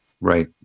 Right